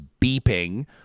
beeping